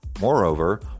Moreover